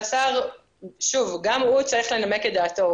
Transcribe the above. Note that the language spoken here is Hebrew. השר, גם הוא צריך לנמק את דעתו.